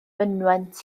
mynwent